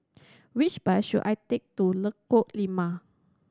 which bus should I take to Lengkong Lima